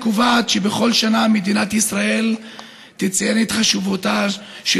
היא קובעת שבכל שנה מדינת ישראל תציין את חשיבותה של